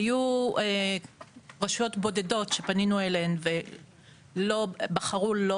היו רשויות בודדות שפנינו אליהן ובחרו לא